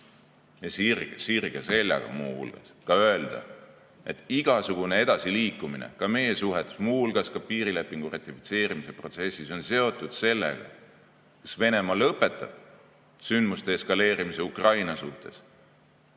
ja sirge seljaga öelda, et igasugune edasiliikumine meie suhetes, muu hulgas piirilepingu ratifitseerimise protsessis on seotud sellega, kas Venemaa lõpetab sündmuste eskaleerimise Ukraina suunas,